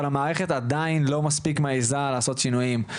אבל המערכת עדיין לא מספיק מעזה לעשות שינויים.